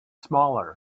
smaller